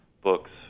books